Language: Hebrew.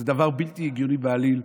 זה דבר בלתי הגיוני בעליל.